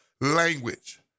language